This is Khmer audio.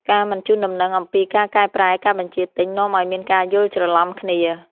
ការមិនជូនដំណឹងអំពីការកែប្រែការបញ្ជាទិញ នាំឱ្យមានការយល់ច្រឡំគ្នា។